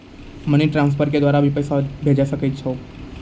Money transfer के द्वारा भी पैसा भेजै सकै छौ?